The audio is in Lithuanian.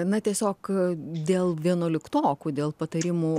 na tiesiog dėl vienuoliktokų dėl patarimų